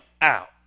out